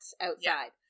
outside